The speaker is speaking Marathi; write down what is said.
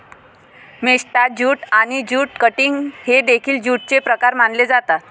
मेस्टा ज्यूट आणि ज्यूट कटिंग हे देखील ज्यूटचे प्रकार मानले जातात